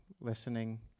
Listening